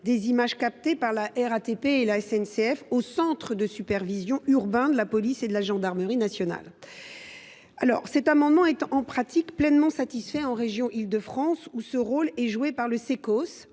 des images captées par la RATP et la SNCF aux centres de supervision urbains de la police et de la gendarmerie nationale. L’amendement n° 17 rectifié est, en pratique, pleinement satisfait en région Île de France, où ce rôle est joué par le CCOS